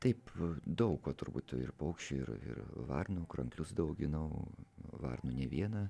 taip daug ko turbūt ir paukščių ir varnų kranklius du auginau varnų ne vieną